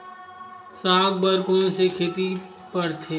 साग बर कोन से खेती परथे?